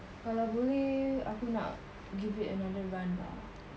kalau boleh aku nak give it another run lah